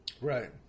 Right